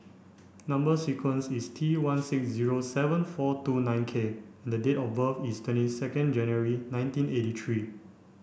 number sequence is T one six zero seven four two nine K and the date of birth is twenty second January nineteen eighty three